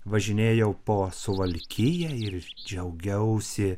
važinėjau po suvalkiją ir džiaugiausi